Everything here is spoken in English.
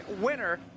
winner